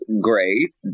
great